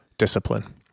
discipline